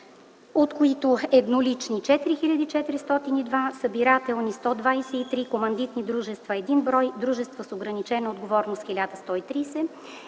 от които еднолични – 4402, събирателни – 123, командитни дружества – 1 брой, дружества с ограничена отговорност – 1130,